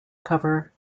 cover